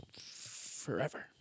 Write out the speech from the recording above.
forever